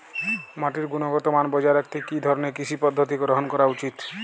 মাটির গুনগতমান বজায় রাখতে কি ধরনের কৃষি পদ্ধতি গ্রহন করা উচিৎ?